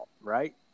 right